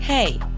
Hey